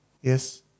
Yes